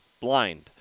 blind